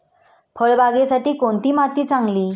फळबागेसाठी कोणती माती चांगली?